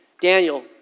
Daniel